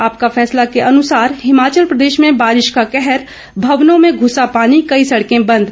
आपका फैसला के अनुसार हिमाचल प्रदेश में बारिश का कहर भवनों में घुसा पानी कई सड़कें बंद